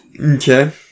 Okay